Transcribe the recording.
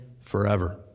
forever